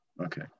Okay